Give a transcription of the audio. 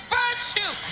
virtue